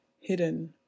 hidden